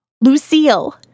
Lucille